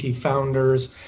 founders